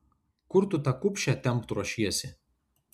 kur tu tą kupšę tempt ruošiesi